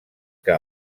que